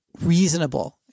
reasonable